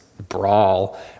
brawl